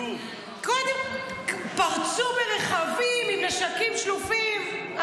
פרצו מרכבים עם נשקים שלופים,